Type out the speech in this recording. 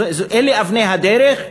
אלה אבני הדרך,